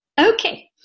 Okay